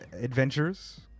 adventures